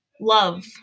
love